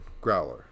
Growler